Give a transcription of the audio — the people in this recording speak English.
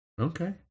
Okay